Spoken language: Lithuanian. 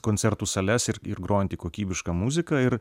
koncertų sales ir ir grojanti kokybišką muziką ir